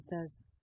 says